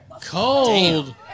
cold